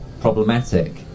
problematic